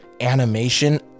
animation